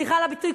סליחה על הביטוי,